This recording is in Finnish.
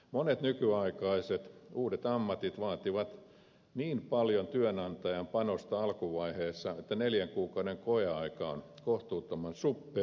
monet nykyaikaiset uudet ammatit vaativat niin paljon työnantajan panosta alkuvaiheessa että neljän kuukauden koeaika on kohtuuttoman suppea